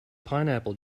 pineapple